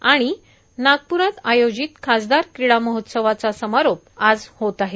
आणि नागप्रात आयोजित खासदार क्रिडा महोत्सवाचा समारोप आज होत आहे